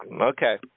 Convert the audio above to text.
Okay